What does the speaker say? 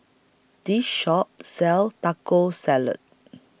This Shop sells Taco Salad